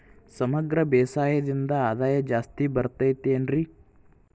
ಸಮಗ್ರ ಬೇಸಾಯದಿಂದ ಆದಾಯ ಜಾಸ್ತಿ ಬರತೈತೇನ್ರಿ?